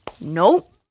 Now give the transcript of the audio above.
Nope